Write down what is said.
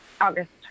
August